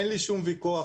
אין לי שום ויכוח,